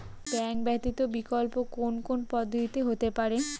Bank ব্যতীত বিকল্প কোন কোন পদ্ধতিতে হতে পারে?